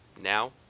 now